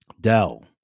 dell